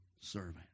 servant